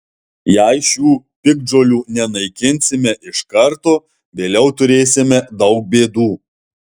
jei šių piktžolių nenaikinsime iš karto vėliau turėsime daug bėdų